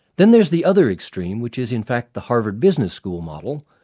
then there's the other extreme, which is in fact the harvard business school model,